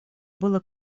было